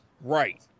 right